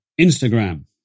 Instagram